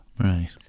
Right